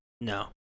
No